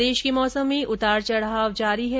प्रदेश के मौसम में उतार चढ़ाव जारी है